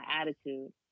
attitude